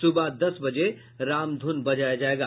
सुबह दस बजे रामधुन बजाया जायेगा